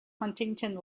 huntington